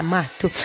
Mato